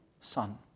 son